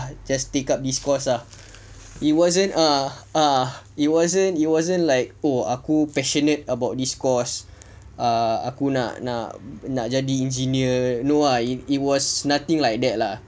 I just take up this course ah it wasn't err err it wasn't it wasn't like oh aku passionate about this course err aku nak nak jadi engineer no ah in it was nothing like that lah